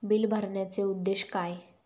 Bill भरण्याचे उद्देश काय?